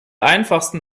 einfachsten